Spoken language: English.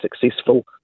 successful